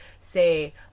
say